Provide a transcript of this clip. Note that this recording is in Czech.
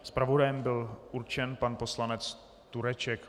Zpravodajem byl určen pan poslanec Tureček.